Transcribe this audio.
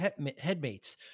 headmates